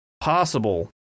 possible